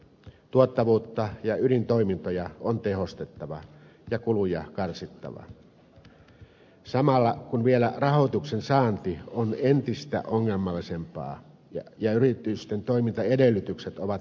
tuottavuutta ja ydintoimintoja on tehostettava ja kuluja karsittava samalla kun vielä rahoituksen saanti on entistä ongelmallisempaa ja yritysten toimintaedellytykset ovat heikentyneet